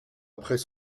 après